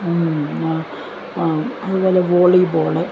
അതുപോലെ വോളിബോള്